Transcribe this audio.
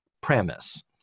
premise